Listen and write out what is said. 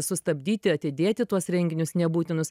sustabdyti atidėti tuos renginius nebūtinus